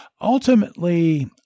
ultimately